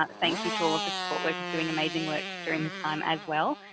ah thank you to all of the support workers doing amazing work during this time as well.